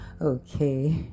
Okay